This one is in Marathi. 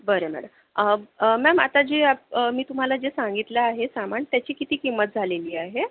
बरं मॅडम मॅम आता जे मी तुम्हाला जे सांगितलं आहे सामान त्याची किती किंमत झालेली आहे